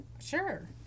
Sure